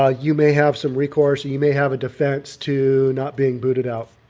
ah you may have some recourse, you may have a defense to not being booted out.